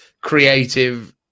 creative